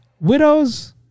widows